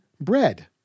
bread